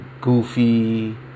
goofy